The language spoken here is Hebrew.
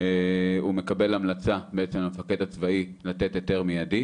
הוא מקבל המלצה מהמפקד הצבאי לתת היתר מיידי.